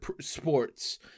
sports